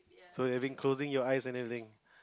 so you have been closing your eyes and everything